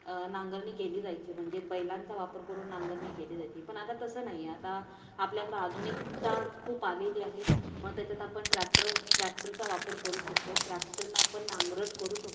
नांगरणी केली जायची म्हणजे बैलांचा वापर करून नांगरणी केली जायची पण आता तसं नाही आहे आता आपल्याकडं आधुनिकता खूप आलेली आहे मग त्याच्यात आपण ट्रॅक्टर ट्रॅक्टरचा वापर करू शकतो ट्रॅक्टरनं आपण नांगरट करू शकतो